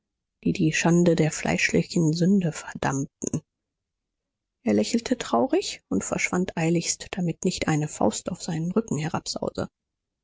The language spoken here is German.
die die schande der fleischlichen sünde verdammten er lächelte traurig und verschwand eiligst damit nicht eine faust auf seinen rücken